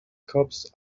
cops